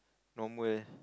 normal